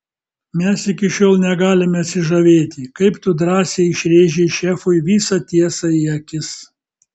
mes iki šiol negalime atsižavėti kaip tu drąsiai išrėžei šefui visą tiesą į akis